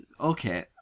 Okay